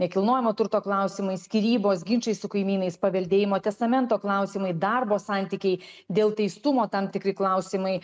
nekilnojamo turto klausimai skyrybos ginčai su kaimynais paveldėjimo testamento klausimai darbo santykiai dėl teistumo tam tikri klausimai